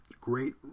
great